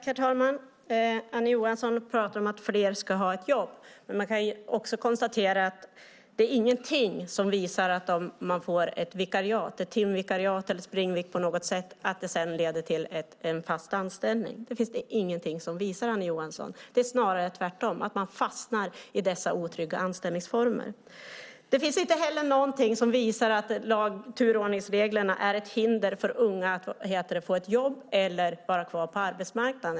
Herr talman! Annie Johansson pratar om att fler ska ha ett jobb, men man kan också konstatera att det inte finns någonting som visar att det leder till en fast anställning om man får ett timvikariat eller ett springvikariat på något sätt. Det finns inte någonting som visar detta, Annie Johansson. Det är snarare tvärtom, det vill säga att man fastnar i dessa otrygga anställningsformer. Det finns inte heller någonting som visar att turordningsreglerna är ett hinder för unga att få ett jobb eller stanna kvar på arbetsmarknaden.